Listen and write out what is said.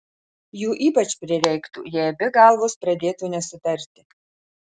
jų ypač prireiktų jei abi galvos pradėtų nesutarti